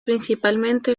principalmente